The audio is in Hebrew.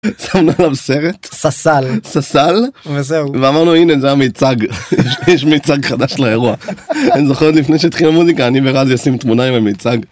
סרט ססל ססל ואמרנו הנה זה המיצג יש מיצג חדש לאירוע אני זוכר לפני שהתחילה מוזיקה אני ורזי עושים תמונה עם המיצג.